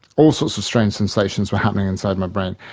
all sorts of strange sensations were happening inside my brain.